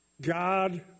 God